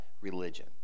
religion